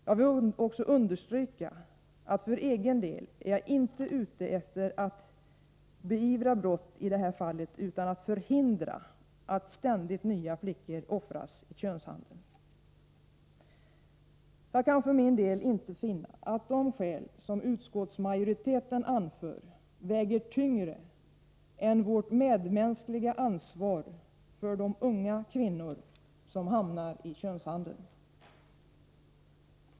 Jag vill också understryka att jag för egen del inte är ute efter att beivra brott i detta fall utan att förhindra att ständigt nya flickor offras i könshandeln. Jag kan för min del inte finna att de skäl som utskottsmajoriteten anför väger tyngre än vårt medmänskliga ansvar för de unga kvinnor som hamnar i könshandeln.